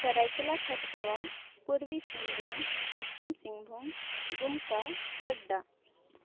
Saraikela Kharsawan Purbi Singhbhum Paschim Singhbhum Dumka Godda